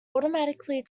automatically